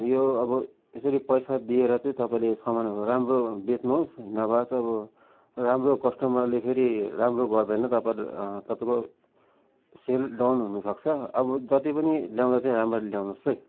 यो अब यसरी पैसा दिएर चाहिँ तपाईँले सामानहरू राम्रो बेच्नुहोस् नभए चाहिँ अब राम्रो कस्टमरले फेरि राम्रो गर्दैन तपाईँ तपाईँको सेल डाउन हुनुसक्छ अब जति पनि ल्याउँदा चाहिँ राम्ररी ल्याउनुहोस् है